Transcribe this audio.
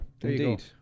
indeed